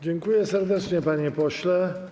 Dziękuję serdecznie, panie pośle.